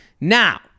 now